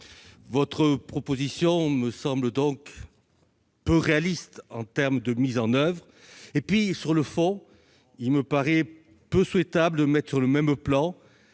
chère collègue, me semble donc peu réaliste en termes de mise en oeuvre. Par ailleurs, sur le fond, il me paraît peu souhaitable de mettre sur le même plan